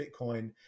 Bitcoin